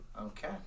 Okay